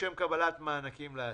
לשם קבלת מענקים לעצמאיים.